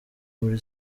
muri